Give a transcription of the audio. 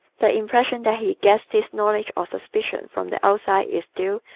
the impression that he gets this knowledge or suspicion from the outside is due,